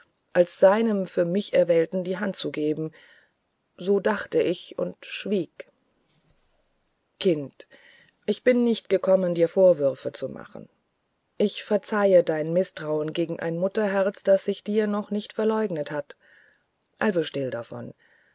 als seinem für mich erwählten die hand gebe so dachte ich und schwieg kind ich bin nicht gekommen dir vorwürfe zu machen ich verzeihe deinem mißtrauen gegen ein mutterherz das sich dir noch nicht verleugnet hat also davon